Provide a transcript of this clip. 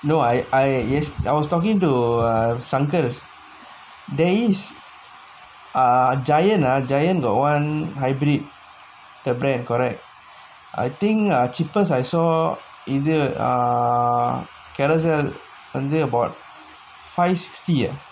no I I is there was talking to err sangkar there is Giant ah Giant got [one] hybrid the brand correct I think ah cheapest I saw either ah Carousell வந்து:vanthu about five sixty ah